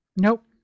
Nope